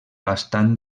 bastant